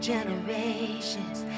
generations